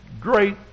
great